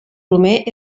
romer